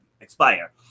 expire